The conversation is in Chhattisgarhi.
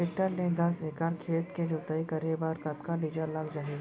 टेकटर ले दस एकड़ खेत के जुताई करे बर कतका डीजल लग जाही?